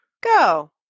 go